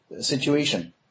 situation